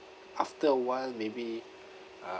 after awhile maybe uh